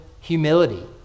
humility